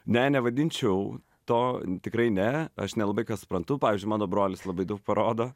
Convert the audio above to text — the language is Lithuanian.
ne nevadinčiau to tikrai ne aš nelabai ką suprantu pavyzdžiui mano brolis labai daug parodo